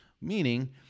Meaning